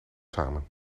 samen